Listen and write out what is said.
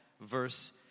verse